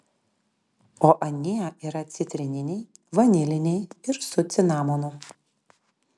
o anie yra citrininiai vaniliniai ir su cinamonu